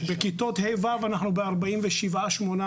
בכיתות ה'-ו' אנחנו ב-47/8%,